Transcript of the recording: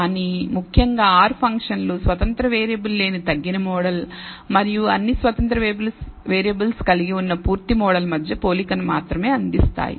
కానీ ముఖ్యంగా R ఫంక్షన్లు స్వతంత్ర వేరియబుల్ లేని తగ్గిన మోడల్మరియు అన్ని స్వతంత్ర వేరియబుల్స్ కలిగి వున్న పూర్తి మోడల్ మధ్య పోలికను మాత్రమే అందిస్తాయి